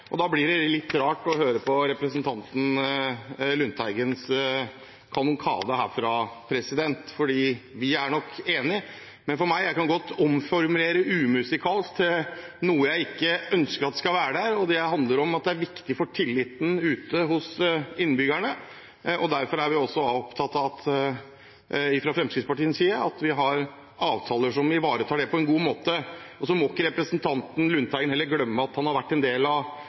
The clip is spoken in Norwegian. og da blir det litt rart å høre på representanten Lundteigens kanonade herfra, for vi er nok enige. Jeg kan godt omformulere «umusikalsk» til «noe jeg ikke ønsker skal være der». Dette handler om at det er viktig for tilliten ute hos innbyggerne, og derfor er vi, fra Fremskrittspartiets side, opptatt av at vi har avtaler som ivaretar det på en god måte. Representanten Lundteigen må heller ikke glemme at han har vært en del av